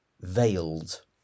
veiled